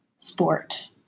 sport